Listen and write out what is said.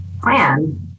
plan